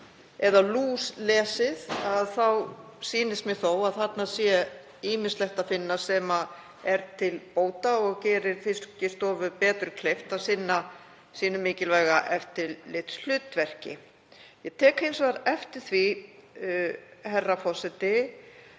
eða lúslesið þá sýnist mér þó að þarna sé ýmislegt að finna sem er til bóta og gerir Fiskistofu betur kleift að sinna sínu mikilvæga eftirlitshlutverki. Ég tek hins vegar eftir því, herra forseti,